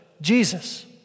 Jesus